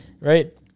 Right